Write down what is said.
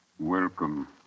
Welcome